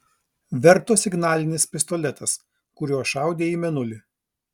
verto signalinis pistoletas kuriuo šaudė į mėnulį